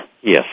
Yes